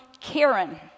Karen